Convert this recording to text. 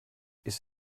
ist